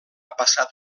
passat